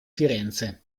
firenze